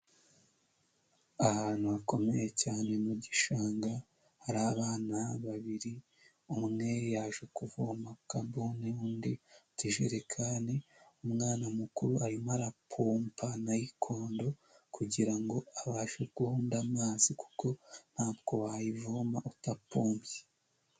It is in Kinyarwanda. Ahantu hakomeye cyane mu gishanga hari abana babiri, umwere yaje kuvoma akabuni undi utujerekani, umwana mukuru arimo arapopa nayikondo kugira ngo abashe guhunda amazi kuko ntabwo wayivoma udapompye.